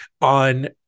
on